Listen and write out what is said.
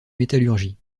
métallurgie